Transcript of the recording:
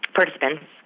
participants